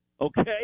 Okay